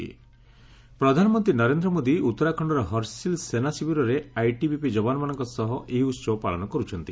ପ୍ରଧାନମନ୍ତ୍ରୀ ନରେନ୍ଦ୍ର ମୋଦି ଉତ୍ତରାଖଣ୍ଡର ହର୍ସିଲ୍ ସେନା ଶିବିରରେ ଆଇଟିବିପି ଯବାନମାନଙ୍କ ସହ ଏହି ଉତ୍ସବ ପାଳନ କର୍ରଛନ୍ତି